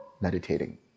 meditating